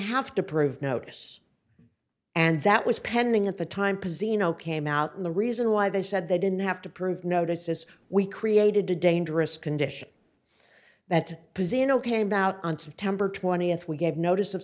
have to prove notice and that was pending at the time positano came out and the reason why they said they didn't have to prove notices we created a dangerous condition that position ok and out on september twentieth we gave notice of